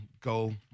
go